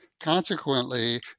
Consequently